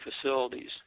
facilities